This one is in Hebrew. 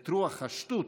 את רוח השטות,